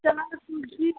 कुर्सी